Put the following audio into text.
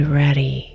ready